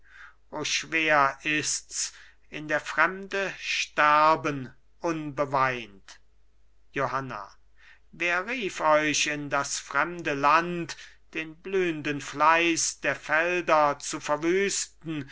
schwer ists in der fremde sterben unbeweint johanna wer rief euch in das fremde land den blühnden fleiß der felder zu verwüsten